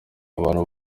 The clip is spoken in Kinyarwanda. abantu